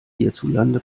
hierzulande